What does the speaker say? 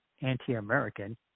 anti-American